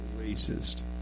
racist